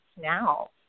now